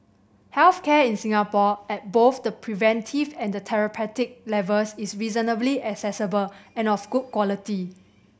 health care in Singapore at both the preventive and therapeutic levels is reasonably accessible and of good quality